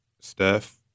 Steph